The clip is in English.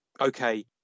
okay